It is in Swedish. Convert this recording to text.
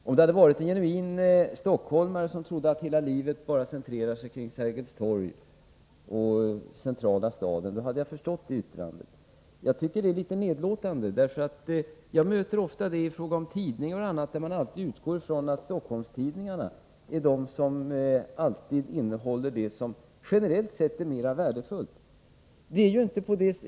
Om det hade varit en genuin stockholmare som trodde att hela livet bara centrerade sig kring Sergels torg och centrala staden hade jag förstått det yttrandet. Men jag tycker att det är litet nedlåtande. Jag möter ofta den inställningen i fråga om tidningar, att man alltid utgår ifrån att Stockholmstidningarna är de som innehåller det som generellt sett är mer värdefullt.